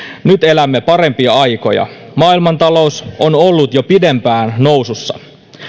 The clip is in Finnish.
nyt elämme parempia aikoja maailmantalous on ollut jo pidempään nousussa